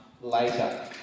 later